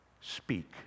speak